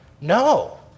No